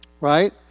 right